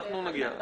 אנחנו נגיע.